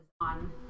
on